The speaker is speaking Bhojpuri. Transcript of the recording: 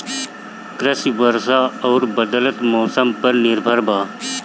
कृषि वर्षा आउर बदलत मौसम पर निर्भर बा